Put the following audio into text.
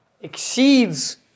exceeds